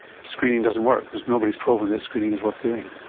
screening doesn't work because nobody's proven that screening is worth doing.